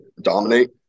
dominate